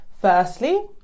Firstly